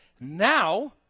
Now